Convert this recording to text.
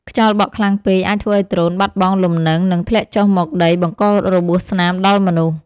ខ្យល់បក់ខ្លាំងពេកអាចធ្វើឱ្យដ្រូនបាត់បង់លំនឹង និងធ្លាក់ចុះមកដីបង្ករបួសស្នាមដល់មនុស្ស។